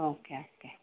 okay okay